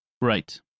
Right